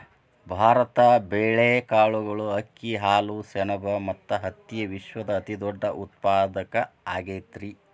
ಭಾರತ ಬೇಳೆ, ಕಾಳುಗಳು, ಅಕ್ಕಿ, ಹಾಲು, ಸೆಣಬ ಮತ್ತ ಹತ್ತಿಯ ವಿಶ್ವದ ಅತಿದೊಡ್ಡ ಉತ್ಪಾದಕ ಆಗೈತರಿ